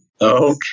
Okay